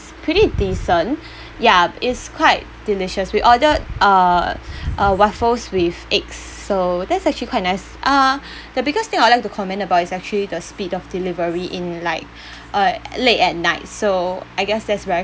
pretty decent ya it's quite delicious we ordered uh uh waffles with eggs so that's actually quite nice uh the biggest thing I'd like to comment about it's actually the speed of delivery in like uh late at night so I guess that's very